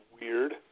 weird